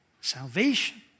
Salvation